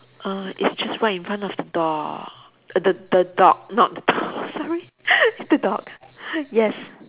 err it's just right in front of the door the the dog not the door sorry the dog yes